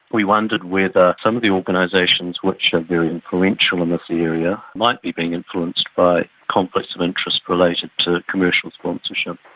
we wondered whether some of the organisations, which are very influential in this area, might be being influenced by conflicts of interest related to commercial sponsorship.